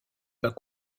bas